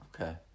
Okay